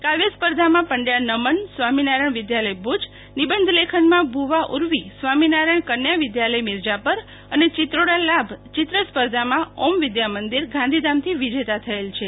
કાવ્ય સ્પર્ધામાં પંડ્યા નમન સ્વામિનારાયણ વિદ્યાલય માધ્યમિક વિભાગ ભુજ નિબંધ લેખનમાં ભુવા ઉર્વી સ્વામીનારાયણ કન્યા વિધાલય મીરજાપર અને ચિત્રોડા લાભ ચિત્ર સ્પર્ધામાં ઓમ વિધા મંદિર ગાંધીધામ માંથી વિજેતા થયેલ છે